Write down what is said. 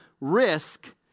risk